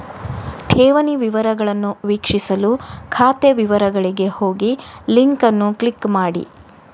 ಠೇವಣಿ ವಿವರಗಳನ್ನು ವೀಕ್ಷಿಸಲು ಖಾತೆ ವಿವರಗಳಿಗೆ ಹೋಗಿಲಿಂಕ್ ಅನ್ನು ಕ್ಲಿಕ್ ಮಾಡಿ